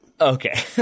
Okay